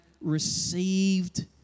received